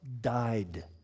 died